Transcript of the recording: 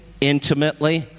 intimately